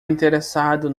interessado